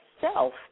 self